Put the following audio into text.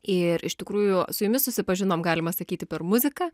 ir iš tikrųjų su jumis susipažinom galima sakyti per muziką